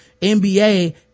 NBA